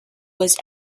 was